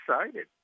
excited